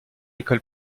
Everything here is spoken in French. école